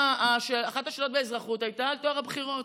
ואחת השאלות באזרחות הייתה על טוהר הבחירות.